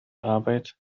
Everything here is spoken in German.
arbeit